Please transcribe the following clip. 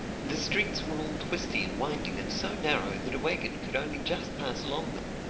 the streets were all twisty and winding and so narrow that a wagon could only just pass along them.